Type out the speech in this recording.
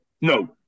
No